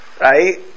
right